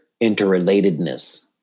interrelatedness